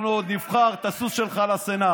אנחנו עוד נבחר את הסוס שלך לסנאט,